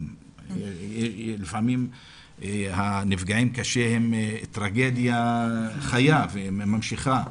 לפעמים הנפגעים קשה הם טרגדיה חיה וממשיכה.